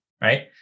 right